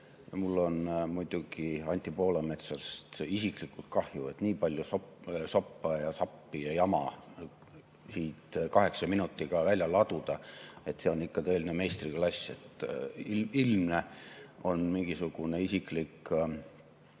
Mul on muidugi Anti Poolametsast isiklikult kahju. Nii palju soppa ja sappi ja jama siit kaheksa minutiga välja laduda on ikka tõeline meistriklass. Ilmne on mingisugune isiklik